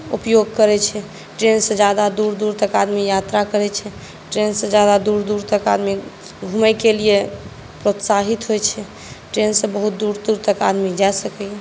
उपयोग करै छै ट्रेनसँ ज्यादा दूर दूर तक आदमी यात्रा करै छै ट्रेनसँ ज्यादा दूर दूर तक आदमी घुमैके लिए प्रोत्साहित होइ छै ट्रेनसँ बहुत दूर दूर तक आदमी जाए सकैया